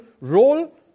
role